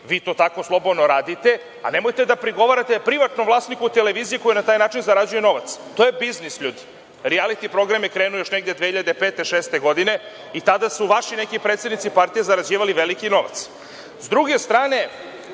vi to tako slobodno radite, ali nemojte da prigovarate privatnom vlasniku televizije koji na taj način zarađuje novac. To je biznis, ljudi. Rijaliti program je krenuo još negde 2005, 2006. godine i tada su vaši neki predsednici partija zarađivali veliki novac.S